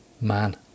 man